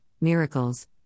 miracles